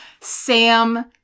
Sam